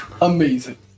amazing